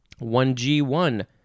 1G1